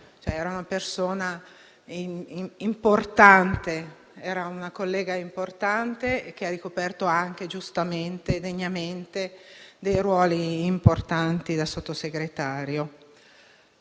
Era una persona, una collega importante, che ha ricoperto - giustamente e degnamente - ruoli importanti da Sottosegretario.